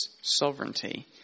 sovereignty